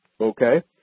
okay